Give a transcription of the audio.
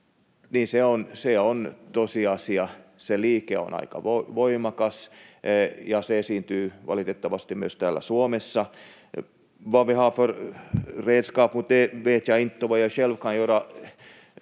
Se on tosiasia: se liike on aika voimakas, ja se esiintyy valitettavasti myös täällä Suomessa. Vad vi har för redskap mot det